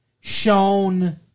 shown